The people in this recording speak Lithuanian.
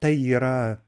tai yra